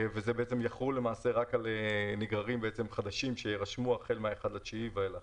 וזה יחול למעשה רק על נגררים חדשים שיירשמו החל מ-1 בספטמבר ואילך.